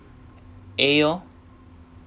A orh